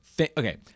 Okay